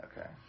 Okay